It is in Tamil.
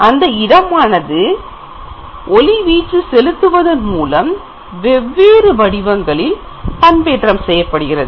அந்த இடமானது ஒளிவீச்சு செலுத்துவதன் மூலம் வெவ்வேறு வடிவங்களில் பண்பேற்றம் செய்யப்படுகிறது